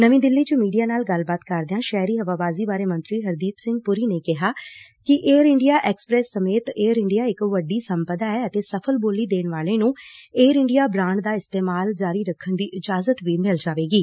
ਨਵੀਂ ਦਿੱਲੀ ਚ ਮੀਡੀਆ ਨਾਲ ਗੱਲਬਾਤ ਕਰਦਿਆਂ ਸ਼ਹਿਰੀ ਹਵਾਬਾਜ਼ੀ ਬਾਰੇ ਮੰਤਰੀ ਹਰਦੀਪ ਸਿੰਘ ਪੂਰੀ ਨੇ ਕਿਹਾ ਕਿ ਏਅਰ ਇੰਡੀਆ ਐਕਸਪ੍ਰੈਸ ਸਮੇਤ ਏਅਰ ਇੰਡੀਆ ਇਕ ਵੱਡੀ ਸੰਪਦਾ ਐ ਅਤੇ ਸਫ਼ਲ ਬੋਲੀ ਦੇਣ ਵਾਲੇ ਨੂੰ ਏਅਰ ਇੰਡੀਆ ਬ੍ਰਾਂਡ ਦਾ ਇਸਤੇਮਾਲ ਜਾਰੀ ਰੱਖਣ ਦੀ ਇਜਾਜਤ ਵੀ ਮਿਲ ਜਾਏਗੀ